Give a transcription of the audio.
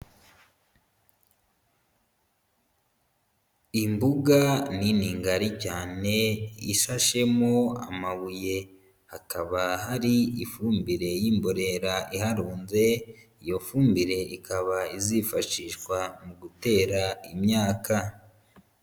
Imbuga nini ngari cyane ishashemo amabuye hakaba hari ifumbire y'imbora iharunze, iyo fumbire ikaba izifashishwa mu gutera imyaka.